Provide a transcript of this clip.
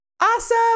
Awesome